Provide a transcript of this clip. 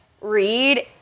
read